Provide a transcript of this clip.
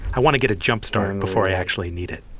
i want to get a jump start and before i actually need it